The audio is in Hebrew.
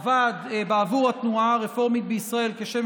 עבד בעבור התנועה הרפורמית בישראל כשם